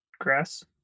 grass